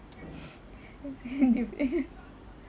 how come different